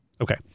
Okay